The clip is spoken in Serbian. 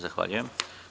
Zahvaljujem.